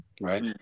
right